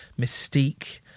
mystique